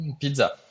pizza